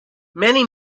many